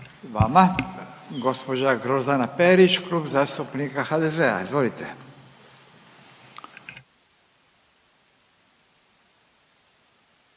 vama. Gospođa Grozdana Perić, Klub zastupnika HDZ-a. Izvolite.